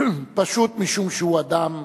פשוט משום שהוא אדם",